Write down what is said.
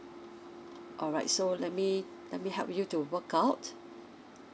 alright so let me let me help you to work out